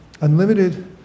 unlimited